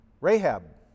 Rahab